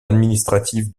administratives